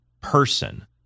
person